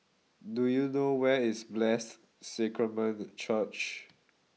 do you know where is Blessed Sacrament Church